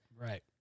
Right